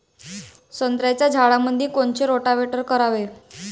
संत्र्याच्या झाडामंदी कोनचे रोटावेटर करावे?